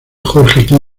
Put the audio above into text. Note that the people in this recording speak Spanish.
jorge